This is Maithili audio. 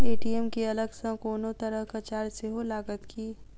ए.टी.एम केँ अलग सँ कोनो तरहक चार्ज सेहो लागत की?